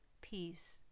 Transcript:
peace